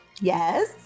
Yes